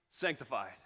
sanctified